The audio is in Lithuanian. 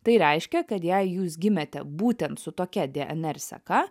tai reiškia kad jei jūs gimėte būtent su tokia dnr seka